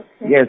Yes